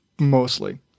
mostly